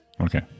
Okay